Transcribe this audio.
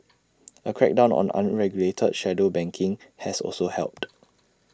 A crackdown on unregulated shadow banking has also helped